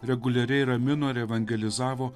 reguliariai ramino ir evangelizavo